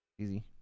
Easy